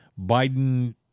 Biden